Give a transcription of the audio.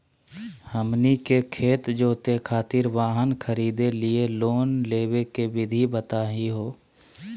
हमनी के खेत जोते खातीर वाहन खरीदे लिये लोन लेवे के विधि बताही हो?